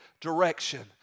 direction